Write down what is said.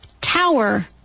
tower